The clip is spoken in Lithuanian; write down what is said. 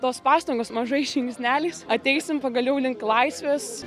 tos pastangos mažais žingsneliais ateisim pagaliau link laisvės